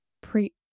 pre